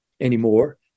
anymore